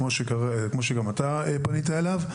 כמו שגם אתה פנית אליו.